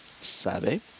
sabe